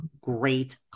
great